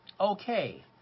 Okay